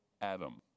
Adam